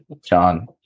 John